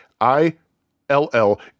I-L-L